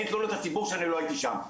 אין תלונות הציבור שאני לא הייתי שם,